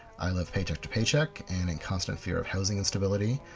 i live paycheque to paycheque and in constant fear of housing instability.